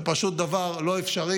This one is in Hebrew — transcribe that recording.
זה פשוט דבר לא אפשרי,